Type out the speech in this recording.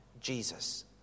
Jesus